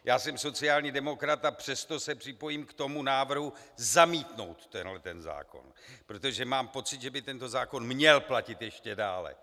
Já jsem sociální demokrat, a přesto se připojím k návrhu zamítnout tenhle ten zákon, protože mám pocit, že by tento zákon měl platit ještě dále.